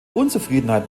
unzufriedenheit